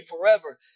forever